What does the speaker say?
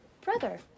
brother